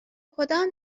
کدام